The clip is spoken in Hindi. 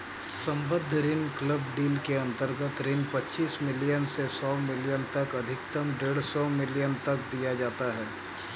सम्बद्ध ऋण क्लब डील के अंतर्गत ऋण पच्चीस मिलियन से सौ मिलियन तक अधिकतम डेढ़ सौ मिलियन तक दिया जाता है